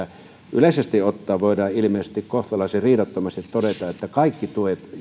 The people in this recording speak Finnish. yleisesti ottaenhan voidaan ilmeisesti kohtalaisen riidattomasti todeta että kaikki tuet